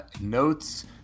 notes